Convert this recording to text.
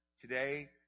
Today